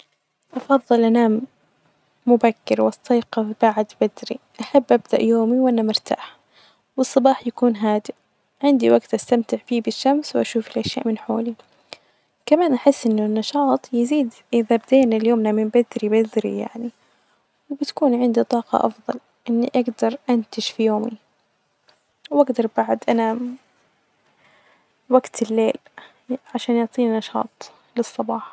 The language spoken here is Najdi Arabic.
أفظل أنام مبكر وأستيقظ بعد بدري أحب أبدأ يومي وأنا مرتاحة، والصبح يكون هادي عندي وجت أستمتع فيه بالشمس وأشوف الأشياء من حولي، كمان أحس أنه النشاط يزيد، يبذينا اليوم من بدري بدري يعني ،وبتكون عندي طاقة أفظل إني أجدر أنتج في يومي، وأجدر بعد أنام عشان يديني نشاط في الصباح.